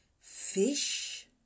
fish